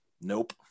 nope